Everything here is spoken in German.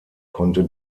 konnte